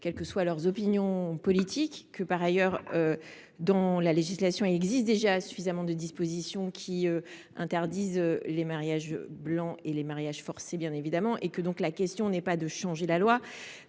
quelles que soient leurs opinions politiques. Par ailleurs, dans la législation, il existe déjà suffisamment de dispositions qui interdisent les mariages blancs et les mariages forcés. Vous avez été maire ? La question est donc non pas